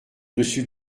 dessus